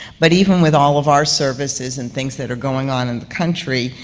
but even with all of our services and things that are going on in the country,